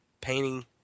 painting